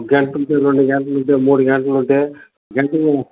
గంటుంటే రెండు గంటలుంటే మూడు గంటలుంటే గంటకి